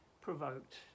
provoked